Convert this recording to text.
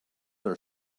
are